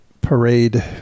parade